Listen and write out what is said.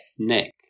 neck